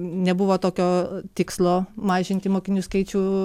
nebuvo tokio tikslo mažinti mokinių skaičių